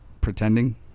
pretending